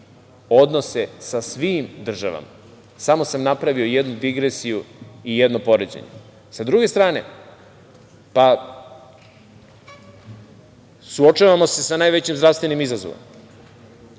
odnose sa svim državama. Samo sam napravio jednu digresiju i jedno poređenje.S druge strane, suočavamo se sa najvećim zdravstvenim izazovom.